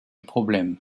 problème